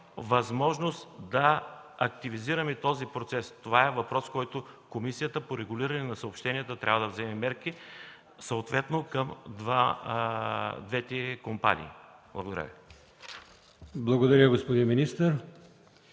възможност да активизираме този процес. Това е въпрос, по който Комисията по регулиране на съобщенията трябва да вземе мерки, съответно към двете компании. Благодаря Ви.